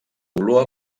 olor